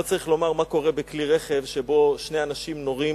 לא צריך לומר מה קורה בכלי-רכב שבו שני אנשים נורים,